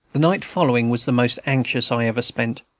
the night following was the most anxious i ever spent.